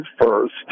first